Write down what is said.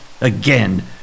again